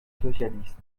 socialiste